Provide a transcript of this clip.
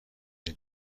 این